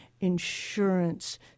insurance